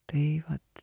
tai vat